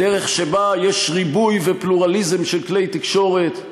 בדרך שבה יש ריבוי ופלורליזם של כלי תקשורת,